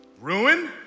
Ruin